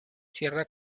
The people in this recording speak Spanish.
cierra